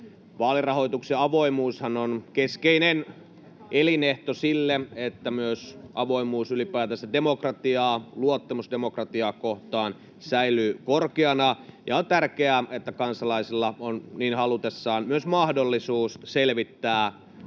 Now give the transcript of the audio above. Vaalirahoituksen avoimuushan on keskeinen elinehto sille, että myös avoimuus ylipäätänsä ja luottamus demokratiaa kohtaan säilyvät korkeina, ja on tärkeää, että kansalaisilla on niin halutessaan myös mahdollisuus selvittää